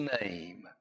name